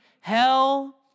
hell